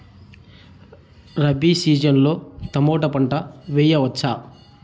Rabi season లో tomato పంట వేయవచ్చా?